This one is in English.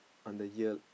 on the year